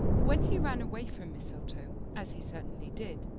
when he ran away from mistletoe, as he certainly did,